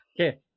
Okay